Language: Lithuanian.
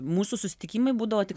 mūsų susitikimai būdavo tik